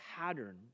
pattern